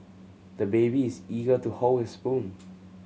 the baby is eager to hold his spoon